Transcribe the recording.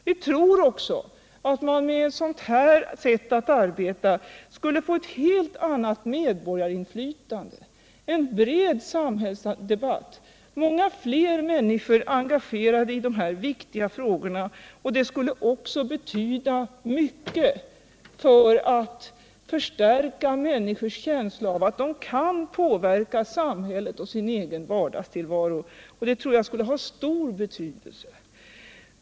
Vi tror att man med ett sådant sätt att arbeta som vi föreslår skulle få ett helt annat medborgarinflytande, en bred samhällsdebatt och många fler människor engagerade i dessa viktiga frågor. Det skulle betyda mycket för att förstärka människors känsla av att kunna påverka samhället och sin egen vardagstillvaro. Det tror jag skulle ha stor betydelse.